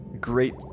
great